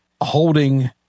holding